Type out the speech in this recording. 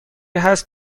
هست